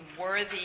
worthy